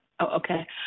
Okay